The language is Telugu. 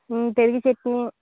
పెరుగు చట్నీ